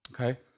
Okay